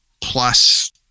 plus